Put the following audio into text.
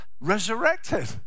resurrected